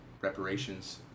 reparations